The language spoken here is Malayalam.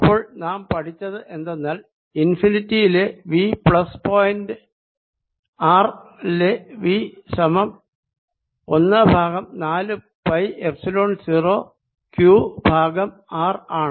അപ്പോൾ നാം പഠിച്ചത് എന്തെന്നാൽ ഇൻഫിന്റയിലെ V പ്ലസ് പോയിന്റ് r ലെ V സമം ഒന്ന് ബൈ നാലു pi epsilon 0 q by r ആണ്